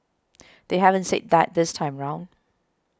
they haven't said that this time round